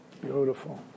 Beautiful